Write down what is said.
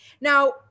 Now